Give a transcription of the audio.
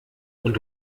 und